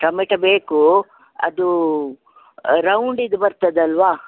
ಟಮೆಟ ಬೇಕು ಅದು ರೌಂಡಿದ್ದು ಬರ್ತದಲ್ವಾ